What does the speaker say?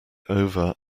over